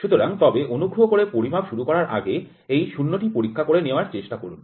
সুতরাং তবে অনুগ্রহ করে পরিমাপ শুরু করার আগে এই ০ টি পরীক্ষা করে নেওয়ার চেষ্টা করুন